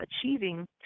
achieving